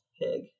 pig